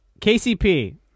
KCP